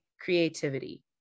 creativity